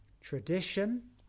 tradition